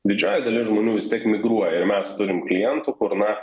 didžioji dalis žmonių vis tiek migruoja ir mes turim klientų kur na